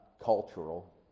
cultural